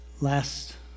Last